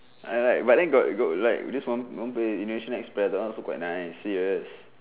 I I like but then got got like this one one player indonesia express that one also quite nice serious